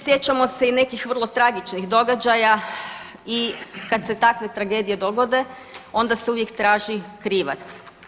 Sjećamo se i nekih vrlo tragičnih događaja i kad se takve tragedije dogode onda se uvijek traži krivac.